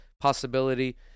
possibility